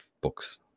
books